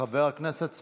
חבר הכנסת סמוטריץ',